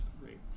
great